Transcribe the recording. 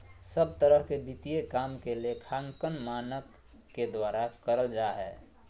सब तरह के वित्तीय काम के लेखांकन मानक के द्वारा करल जा हय